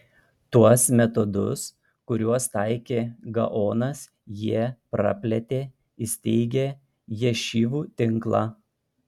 tuos metodus kuriuos taikė gaonas jie praplėtė įsteigę ješivų tinklą